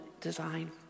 design